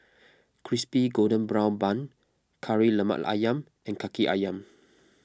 Crispy Golden Brown Bun Kari Lemak Ayam and Kaki Ayam